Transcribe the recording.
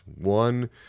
One